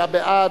49 בעד,